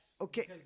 okay